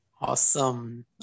Awesome